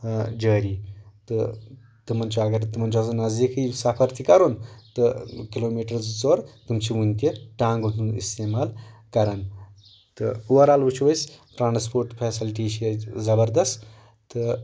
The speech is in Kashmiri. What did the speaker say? جٲری تہٕ تِمن چھُ اگر تِمن چھُ آسان نزدیٖکی سفر تہِ کرُن تہٕ کلوٗ میٖٹر زٕ ژور تِم چھِ وُنہِ تہِ ٹانگن ہُنٛد استعمال کران تہٕ اوٚور آل وٕچھو أسۍ ٹرانسپوٹ فیسلٹی چھِ یتہِ زبردست تہٕ